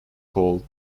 called